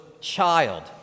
child